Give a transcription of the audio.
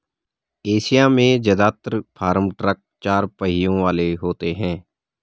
Asia में जदात्र farm truck चार पहियों वाले होते हैं